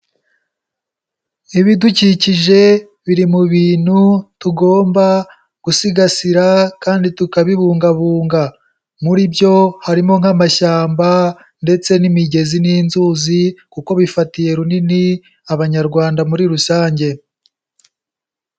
Ibidukikije biri mu bintu tugomba gusigasira kandi tukabibungabunga, muri byo harimo nk'amashyamba ndetse n'imigezi n'inzuzi kuko bifatiye runini Abanyarwanda muri rusange.